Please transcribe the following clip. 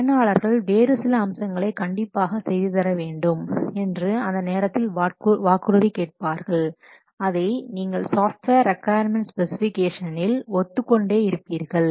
பயனாளர்கள் வேறு சில அம்சங்களை கண்டிப்பாக செய்து தர வேண்டும் என்று அந்த நேரத்தில் வாக்குறுதி கேட்பார்கள் அதை நீங்கள் சாப்ட்வேர் ரெக்காயர்மென்ட் ஸ்பெசிஃபிகேஷனில் ஒத்துக் கொண்டே இருப்பீர்கள்